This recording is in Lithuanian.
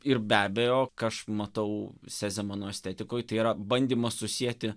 ir be abejo ką aš matau sezemano estetikoj tai yra bandymas susieti